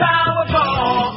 Powerball